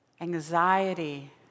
anxiety